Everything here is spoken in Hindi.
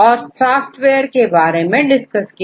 और सॉफ्टवेयर के बारे में डिस्कस किया